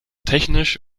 technisch